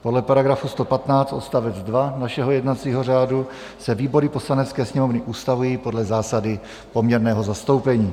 Podle § 115 odst. 2 našeho jednacího řádu se výbory Poslanecké sněmovny ustavují podle zásady poměrného zastoupení.